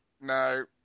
No